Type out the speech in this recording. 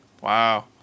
Wow